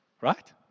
Right